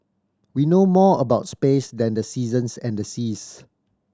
we know more about space than the seasons and the seas